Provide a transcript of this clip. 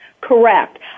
Correct